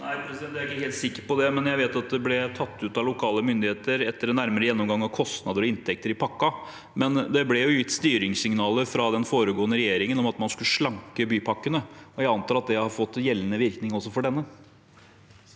Nei, jeg er ikke helt sikker på det, men jeg vet at det ble tatt ut av lokale myndigheter etter en nærmere gjennomgang av kostnader og inntekter i pakken. Det ble gitt styringssignaler fra den foregående regjeringen om at man skulle slanke bypakkene, og jeg antar at det har fått gjeldende virkning også for denne.